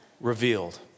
revealed